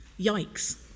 Yikes